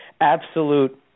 absolute